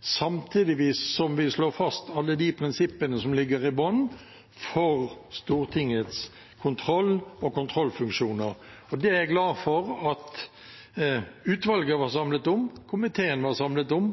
som vi slår fast alle de prinsippene som ligger i bunnen for Stortingets kontroll og kontrollfunksjoner. Det er jeg glad for at utvalget var samlet om, at komiteen var samlet om,